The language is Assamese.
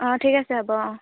অঁ ঠিক আছে হ'ব অঁ